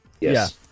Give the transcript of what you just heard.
Yes